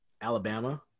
Alabama